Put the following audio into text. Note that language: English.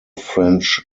french